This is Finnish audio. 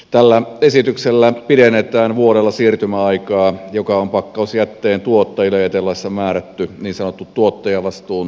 tällä esityksellä pidennetään vuodella siirtymäaikaa joka on pakkausjätteen tuottajille jätelaissa määrätty niin sanotun tuottajavastuun toteuttamiseksi